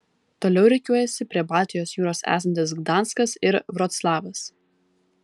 toliau rikiuojasi prie baltijos jūros esantis gdanskas ir vroclavas